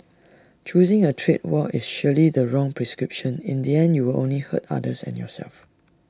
choosing A trade war is surely the wrong prescription in the end you will only hurt others and yourself